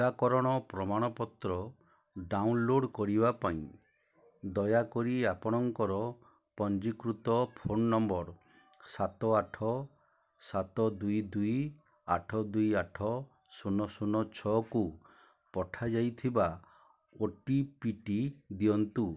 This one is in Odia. ଟିକାକରଣ ପ୍ରମାଣପତ୍ର ଡାଉନଲୋଡ଼ କରିବା ପାଇଁ ଦୟାକରି ଆପଣଙ୍କର ପଞ୍ଜୀକୃତ ଫୋନ ନମ୍ବର ସାତ ଆଠ ସାତ ଦୁଇ ଦୁଇ ଆଠ ଦୁଇ ଆଠ ଶୁନ ଶୁନ ଛଅକୁ ପଠାଯାଇଥିବା ଓଟିପି ଟି ଦିଅନ୍ତୁ